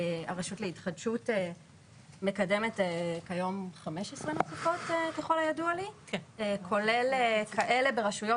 הרשות להתחדשות מקדמת כיום 15 נוספות ככל הידוע לי וכולל כאלה ברשויות